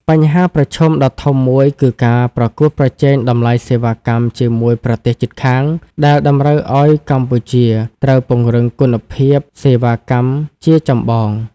បញ្ហាប្រឈមដ៏ធំមួយគឺការប្រកួតប្រជែងតម្លៃសេវាកម្មជាមួយប្រទេសជិតខាង ដែលតម្រូវឱ្យកម្ពុជាត្រូវពង្រឹងគុណភាពសេវាកម្មជាចម្បង។